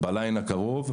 זה בליין הקרוב,